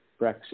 Brexit